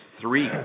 three